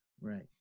Right